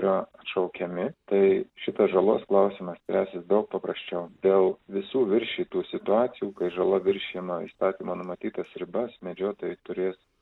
yra atšaukiami tai šitas žalos klausimas spręsis daug paprasčiau dėl visų viršytų situacijų kai žala viršijama įstatymo numatytas ribas medžiotojai turės